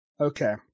Okay